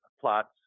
plots